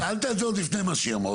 שאלת את זה עוד לפני מה שהיא אמרה.